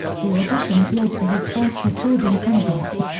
the auditions led to his first recording contract.